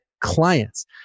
Clients